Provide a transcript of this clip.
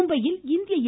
மும்பையில் இந்திய எ